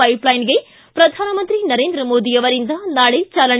ಪೈಪ್ಲೈನ್ಗೆ ಪ್ರಧಾನಮಂತ್ರಿ ನರೇಂದ್ರ ಮೋದಿ ಅವರಿಂದ ನಾಳೆ ಚಾಲನೆ